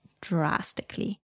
drastically